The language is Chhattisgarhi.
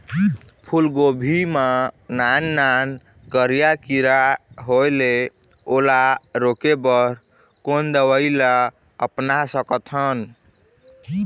फूलगोभी मा नान नान करिया किरा होयेल ओला रोके बर कोन दवई ला अपना सकथन?